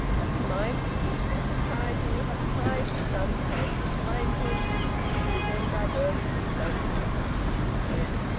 but he might with equal propriety have tied his son's hands behind him and then diverted himself by punching his head.